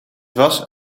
was